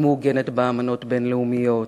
היא מעוגנת באמנות בין-לאומיות,